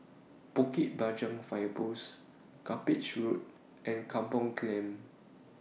Bukit Panjang Fire Post Cuppage Road and Kampung Clam